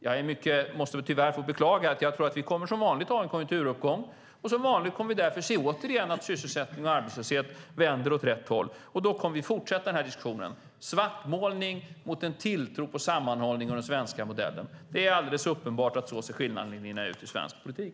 Jag får väl beklaga att jag tror att vi som vanligt kommer att ha en konjunkturuppgång, och som vanligt kommer vi därför återigen se att sysselsättning och arbetslöshet vänder åt rätt håll. Då kommer vi att fortsätta den här diskussionen - svartmålning kontra en tilltro på sammanhållning och den svenska modellen. Det är alldeles uppenbart att så ser skillnaderna ut i svensk politik.